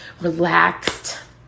relaxed